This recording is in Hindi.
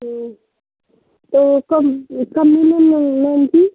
तो कम कम में नहीं लेंगे मैम जी